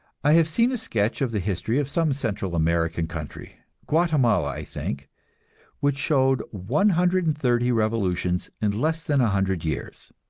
i have seen a sketch of the history of some central american country guatemala, i think which showed one hundred and thirty revolutions in less than a hundred years.